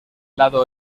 lado